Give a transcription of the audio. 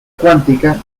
cuántica